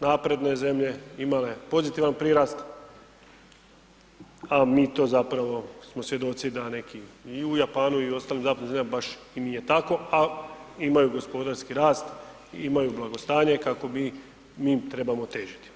napredne zemlje imale pozitivan prirast, a mi to zapravo smo svjedoci da neki i u Japanu i u ostalim zapadnim zemljama baš i nije tako, a imaju gospodarski rast i imaju blagostanje kakvom bi mi trebamo težiti.